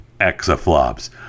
exaflops